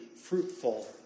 fruitful